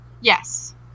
yes